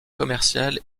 commercial